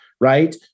Right